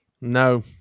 no